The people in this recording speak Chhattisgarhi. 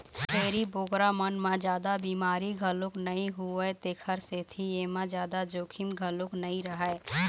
छेरी बोकरा मन म जादा बिमारी घलोक नइ होवय तेखर सेती एमा जादा जोखिम घलोक नइ रहय